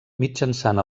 mitjançant